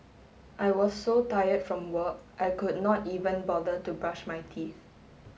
I was so tired from work I could not even bother to brush my teeth